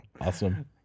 Awesome